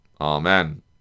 Amen